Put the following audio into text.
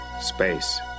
space